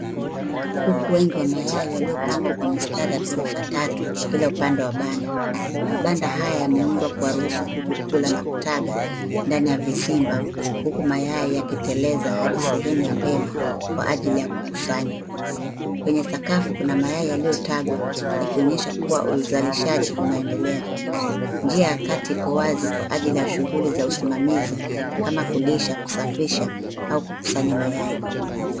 Kuku wengi wa mayai waliopangwa kwa mistari ya ghorofa tatu kila upande wa banda. Mabanda haya yameundwa kuwaruhusu kuku kula na kutaga ndani ya vizimba huku mayai yakiteleza hadi sehemu ya mbele kwa ajili ya kukusanywa. Kwenye sakafu kuna mayai yaliyotagwa yakionyesha kuwa uzalishaji unaendelea. Njia ya kati iko wazi kwa ajili ya shughuli ya usimamizi kama kulisha, kusafisha au kukusanya mayai.